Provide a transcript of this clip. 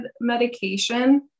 medication